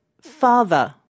Father